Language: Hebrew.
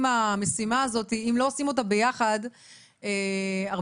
תשאירי את זה לאחים שלך.